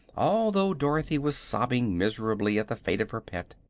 although dorothy was sobbing miserably at the fate of her pet.